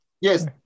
yes